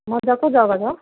मज्जको जग्गा छ